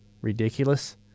ridiculous